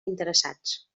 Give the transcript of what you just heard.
interessats